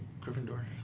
Gryffindor